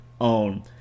own